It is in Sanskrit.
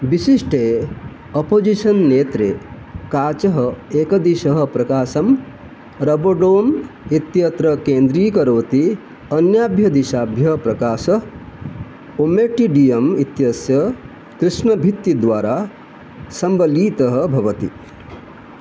विशिष्टे अपोजिशन् नेत्रे काचः एकदिशः प्रकाशः रबोडोम् इत्यत्र केन्द्रीकरोति अन्याभ्यः दिग्भ्यः प्रकाशः ओमेटिडियम् इत्यस्य कृष्णभित्तिद्वारा सम्बलीतः भवति